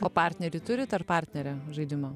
o partnerį turit ar partnerę žaidimo